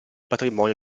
patrimonio